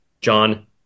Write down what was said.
John